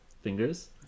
fingers